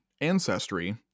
ancestry